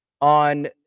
on